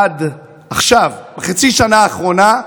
עד עכשיו, בחצי שנה האחרונה,